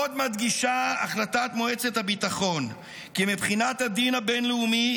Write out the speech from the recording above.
עוד מדגישה החלטת מועצת הביטחון כי מבחינת הדין הבין-לאומי